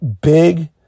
big